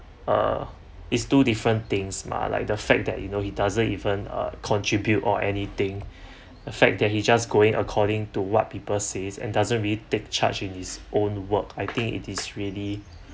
uh it's two different things mah like the fact that you know he doesn't even uh contribute or anything a fact that he just going according to what people says and doesn't really take charge in his own work I think it is really